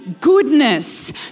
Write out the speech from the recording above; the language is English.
goodness